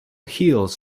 heals